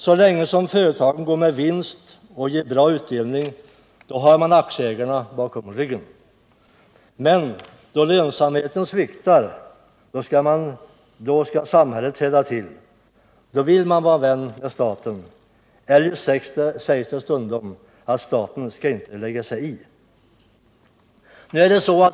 Så länge företagen går med vinst och ger bra utdelning har man aktieägarna bakom ryggen. Men då lönsamheten sviktar skall samhället träda till. Då vill man vara vän med staten. Eljest sägs det stundom att staten inte skall lägga sig i.